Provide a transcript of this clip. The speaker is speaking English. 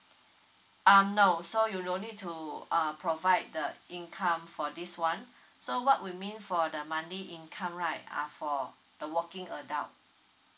um no so you don't need to uh provide the income for this one so what we mean for the monthly income right are for a working adult